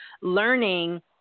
learning